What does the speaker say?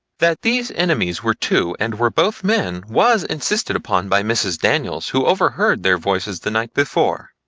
that these enemies were two and were both men, was insisted upon by mrs. daniels who overheard their voices the night before.